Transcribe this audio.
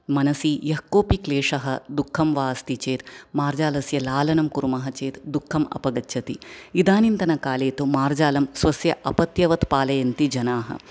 मनसि यः कोऽपि क्लेषः दुःखं वा अस्ति चेत् मार्जालस्य लालनं कुर्मः चेत् दुःखम् अपगच्छति इदानीन्तन काले तु मार्जालं स्वस्य अपत्यवत् पालयन्ति जनाः